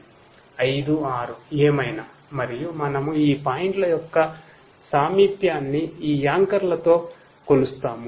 5 6 ఏమైనా మరియు మనము ఈ పాయింట్ల యొక్క సామీప్యాన్ని ఈ యాంకర్లతో కొలుస్తాము